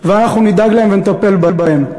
ואנחנו נדאג להם ונטפל בהם.